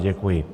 Děkuji.